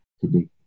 today